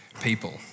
people